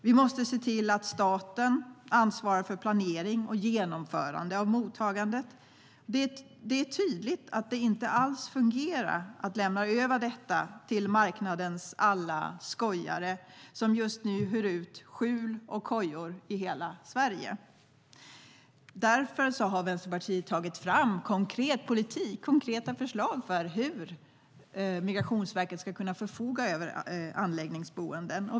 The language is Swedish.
Vi måste se till att staten ansvarar för planering och genomförande av mottagandet. Det är tydligt att det inte alls fungerar att lämna över detta till marknadens alla skojare som just nu hyr ut skjul och kojor i hela Sverige. Därför har Vänsterpartiet tagit fram konkreta förslag för hur Migrationsverket ska kunna förfoga över anläggningsboenden.